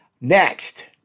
Next